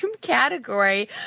category